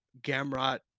Gamrot